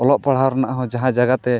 ᱚᱞᱚᱜ ᱯᱟᱲᱦᱟᱣ ᱨᱮᱱᱟᱜᱦᱚᱸ ᱡᱟᱦᱟᱸ ᱡᱟᱭᱜᱟᱛᱮ